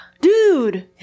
dude